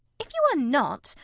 if you are not,